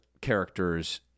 characters